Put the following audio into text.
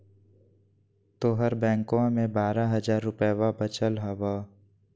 तोहर बैंकवा मे बारह हज़ार रूपयवा वचल हवब